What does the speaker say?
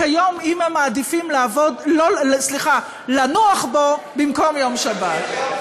אם הם מעדיפים לנוח בו במקום יום שבת.